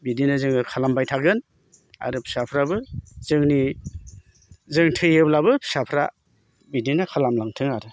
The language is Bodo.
बिदिनो जोङो खालामबाय थागोन आरो फिसाफ्राबो जोंनि जों थैयोब्लाबो फिसाफ्रा बिदिनो खालाम लांथों आरो